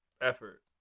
effort